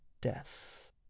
death